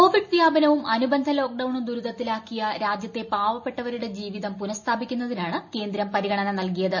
Covid വ്യാപനവും അനുബന്ധ ലോക്ക്ഡൌണും ദുരിതത്തിലാക്കിയ രാജ്യത്തെ പാവപ്പെട്ടവരുടെ ജീവിതം പുനഃസ്ഥാപിക്കുന്നതിനാണ് കേന്ദ്രം പരിഗണന നൽകിയത്